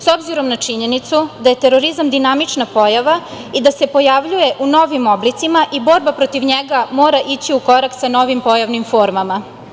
S obzirom na činjenicu daje terorizam dinamična pojava i da se pojavljuje u novim oblicima i borba protiv njega mora ići u korak sa novim pojavnim formama.